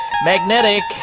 Magnetic